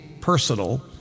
personal